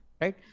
right